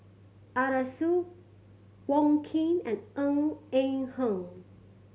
Arasu Wong Keen and Ng Eng Hen